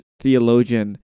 theologian